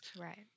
right